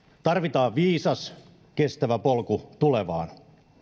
tarvitaan viisas kestävä polku tulevaan